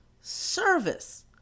service